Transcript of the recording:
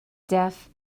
def